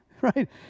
Right